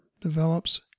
develops